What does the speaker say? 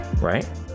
right